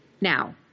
Now